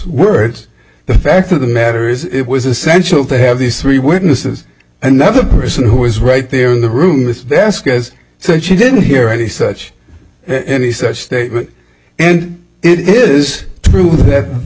words the fact of the matter is it was essential to have these three witnesses another person who was right there in the room with vasquez so that she didn't hear any such and such statement and it is true that